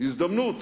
הזדמנות